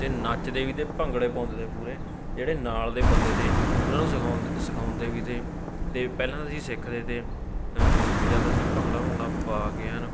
ਅਤੇ ਨੱਚਦੇ ਵੀ ਤੇ ਭੰਗੜੇ ਪਾਉਂਦੇ ਤੇ ਪੂਰੇ ਅਤੇ ਜਿਹੜੇ ਨਾਲ ਦੇ ਬੰਦੇ ਤੇ ਉਹਨਾਂ ਨੂੰ ਸਿਖਾਉ ਸਿਖਾਉਂਦੇ ਵੀ ਤੇ ਅਤੇ ਪਹਿਲਾਂ ਅਸੀਂ ਸਿੱਖਦੇ ਤੇ ਜਦ ਅਸੀਂ ਭੰਗੜਾ ਭੁੰਗੜਾ ਪਾ ਕੇ ਐਨ